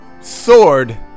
sword